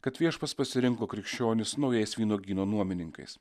kad viešpats pasirinko krikščionis naujais vynuogyno nuomininkais